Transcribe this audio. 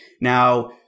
Now